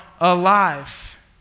alive